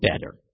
better